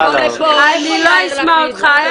אני לא אשמע אותך.